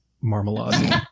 marmalade